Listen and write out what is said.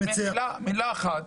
מילה אחת,